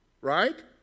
Right